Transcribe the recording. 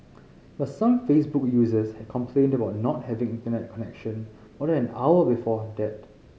but some Facebook users had complained about not having Internet connection more than an hour before that